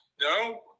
No